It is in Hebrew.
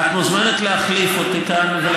חברת הכנסת לביא,